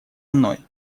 мной